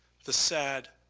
the sad,